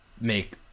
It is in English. make